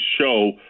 show